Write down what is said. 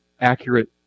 accurate